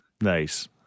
Nice